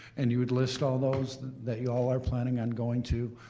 and you would list all those that y'all are planning on going to,